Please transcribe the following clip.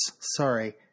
Sorry